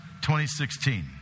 2016